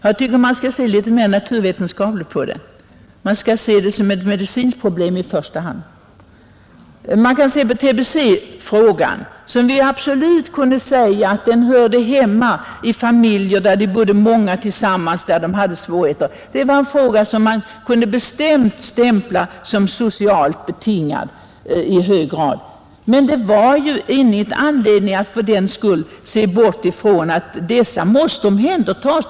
Jag tycker att man skall se mera naturvetenskapligt på detta problem. Man skall i första hand se det så, som ett medicinskt problem. Vi kan tänka på tbe-problemet, om vilket vi absolut kunde säga att tbe hörde hemma i familjer där många bodde tillsammans och hade svårigheter. Det var en fråga som man bestämt kunde stämpla såsom i hög grad socialt betingad. Men det fanns ingen anledning att fördenskull se bort ifrån att de tbe-sjuka måste omhändertas.